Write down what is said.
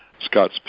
Scott